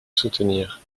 soutenir